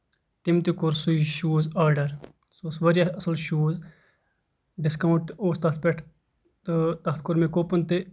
تٔمۍ تہِ کوٚر سُے شوٗز آرڈر سُہ اوس واریاہ اَصٕل شوٗز ڈِسکاوُنٹ اوس تتھ پٮ۪ٹھ تہٕ تَتھ کوٚر مےٚ کوپُن تہِ